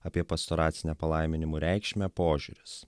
apie pastoracinę palaiminimų reikšmę požiūris